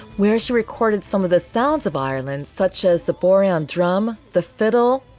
where she recorded some of the sounds of ireland's, such as the boran drum. the fiddle.